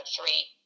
three